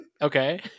Okay